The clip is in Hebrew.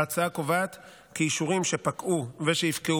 ההצעה קובעת כי אישורים שפקעו ושיפקעו